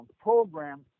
program